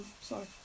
Sorry